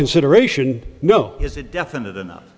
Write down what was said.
consideration no has a definite enough